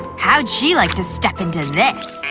how'd she like to step into this?